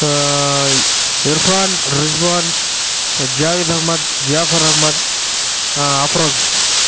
Irfan Rizwan Javed Ahmed Jafar Ahmed Afroz